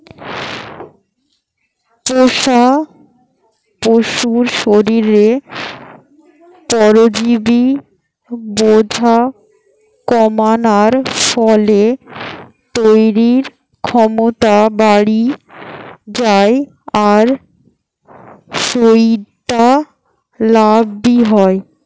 পুশা পশুর শরীরে পরজীবি বোঝা কমানার ফলে তইরির ক্ষমতা বাড়ি যায় আর সউটা লাভ বি হয়